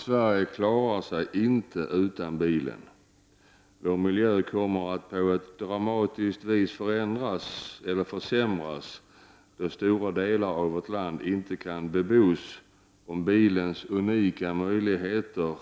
Sverige klarar sig inte utan bilen. Vår miljö kommer på ett dramatiskt vis att försämras genom att stora delar av vårt land inte kan bebos om bilens unika möjligheter